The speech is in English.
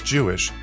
Jewish